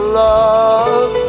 love